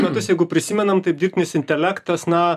metus jeigu prisimenam tai dirbtinis intelektas na